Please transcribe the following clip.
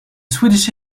swedish